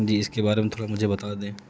جی اس کے بارے میں تھوڑا مجھے بتا دیں